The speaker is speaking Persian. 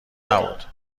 نبود